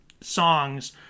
songs